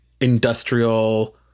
industrial